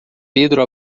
pedro